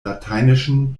lateinischen